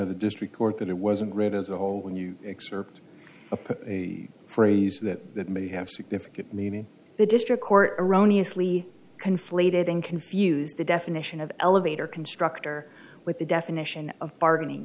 of the district court that it was a grid as a whole when you excerpt a phrase that that may have significant meaning the district court erroneous lee conflated in confused the definition of elevator constructor with the definition of bargaining